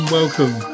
welcome